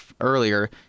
earlier